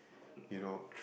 you know